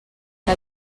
que